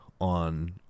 on